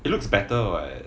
it looks better [what]